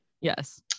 Yes